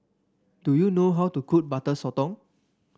do you know how to cook Butter Sotong